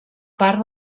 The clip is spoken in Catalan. part